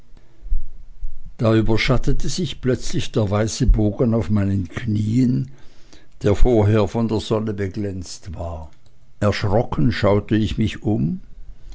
da überschattete sich plötzlich der weiße bogen auf meinen knien der vorher von der sonne beglänzt war erschrocken schaute ich um